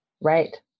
Right